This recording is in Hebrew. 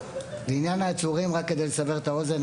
לעניין העצורים, רק כדי לסבר את האוזן.